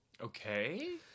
Okay